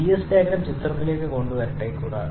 Ts diagram ചിത്രത്തിലേക്ക് കൊണ്ടുവരട്ടെ കൂടാതെ